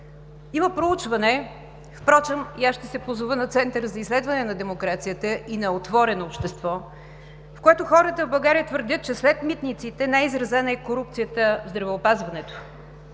Има проучване и аз ще се позова на Центъра за изследване на демокрацията и на „Отворено общество“, в което хората в България твърдят, че след митниците най-изразена е корупцията в здравеопазването.